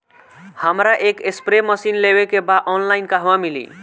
हमरा एक spray machine लेवे के बा ऑनलाइन कहवा मिली?